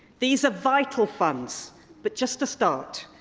these are vital funds but just a start.